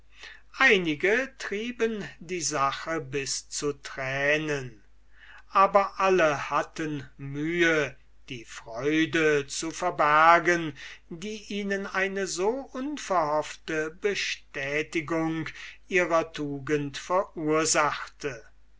einige trieben die sache bis zu tränen aber alle hatten mühe die freude zu verbergen die ihnen eine so unverhoffte bestätigung ihrer tugend verursachte